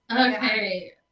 Okay